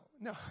no